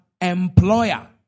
employer